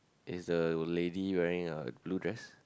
is the lady wearing a blue dress